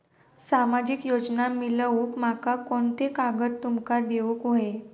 सामाजिक योजना मिलवूक माका कोनते कागद तुमका देऊक व्हये?